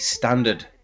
standard